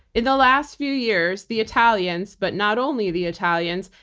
in the last few years, the italians but not only the italians,